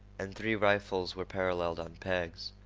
and three rifles were paralleled on pegs.